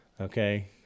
Okay